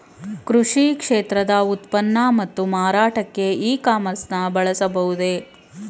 ಕೃಷಿ ಕ್ಷೇತ್ರದ ಉತ್ಪನ್ನ ಮತ್ತು ಮಾರಾಟಕ್ಕೆ ಇ ಕಾಮರ್ಸ್ ನ ಬಳಸಬಹುದೇ?